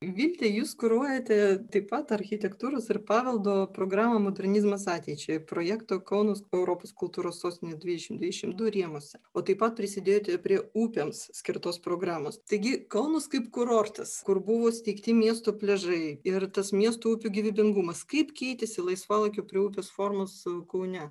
vilte jūs kuruojate taip pat architektūros ir paveldo programą modernizmas ateičiai projekto kaunas europos kultūros sostinė dvidešimt dvidešimt du rėmuose o taip pat prisidėjote prie upėms skirtos programos taigi kaunas kaip kurortas kur buvo steigti miesto pliažai ir tas miesto upių gyvybingumas kaip keitėsi laisvalaikio prie upės formos kaune